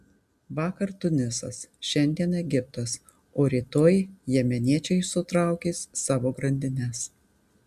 vakar tunisas šiandien egiptas o rytoj jemeniečiai sutraukys savo grandines